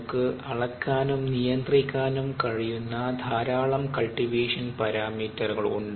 നമുക്ക് അളക്കാനും നിയന്ത്രിക്കാനും കഴിയുന്ന ധാരാളം കൾടിവേഷൻ പരാമീറ്ററുകൾ ഉണ്ട്